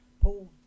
Paul